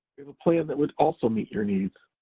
we have a plan that would also meet your needs.